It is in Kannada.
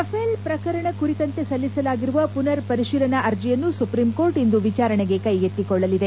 ರಫೇಲ್ ಪ್ರಕರಣ ಕುರಿತಂತೆ ಸಲ್ಲಿಸಲಾಗಿರುವ ಪುನರ್ ಪರಿಶೀಲನಾ ಅರ್ಜಿಯನ್ನು ಸುಪ್ರೀಂಕೋರ್ಟ್ ಇಂದು ವಿಚಾರಣೆಗೆ ಕೈಗೆತ್ತಿಕೊಳ್ಳಲಿದೆ